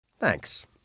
Thanks